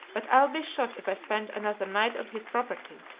but i'll be shot if i spend another night on his property.